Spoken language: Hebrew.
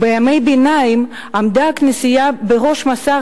ובימי הביניים עמדה הכנסייה בראש מסע